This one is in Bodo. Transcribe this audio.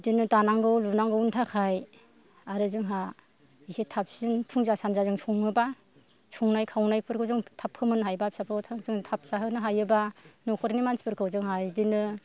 बिदिनो दानांगौ लुनांगौनि थाखाय आरो जोंहा एसे थाबसिन फुंजा सानजा जों सङोबा संनाय खावनायफोरखौ जों थाब फोमोननो हायोबा फिसाफोरखौ जों थाब जोहोनो हायोबा न'खरनि मानसिफोरखौ जोंहा बिदिनो